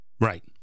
right